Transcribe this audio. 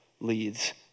leads